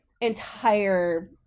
entire